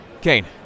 Kane